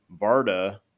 Varda